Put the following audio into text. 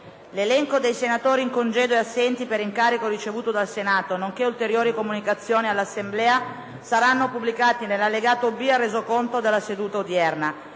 L'elenco dei senatori in congedo e assenti per incarico ricevuto dal Senato, nonché ulteriori comunicazioni all'Assemblea saranno pubblicati nell'allegato B al Resoconto della seduta odierna.